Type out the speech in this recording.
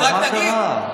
מה קרה?